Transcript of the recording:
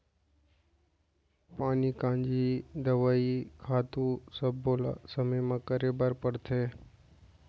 पानी कांजी, दवई, खातू सब्बो ल समे म करे बर परथे